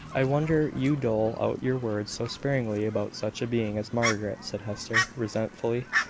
i wonder you dole out your words so sparingly about such a being as margaret, said hester, resentfully.